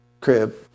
crib